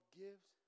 gives